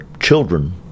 children